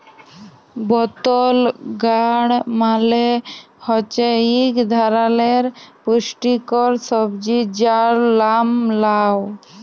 বতল গাড় মালে হছে ইক ধারালের পুস্টিকর সবজি যার লাম লাউ